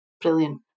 brilliant